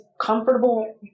comfortable